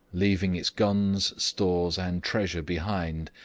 leaving its guns, stores and treasure behind,